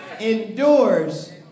endures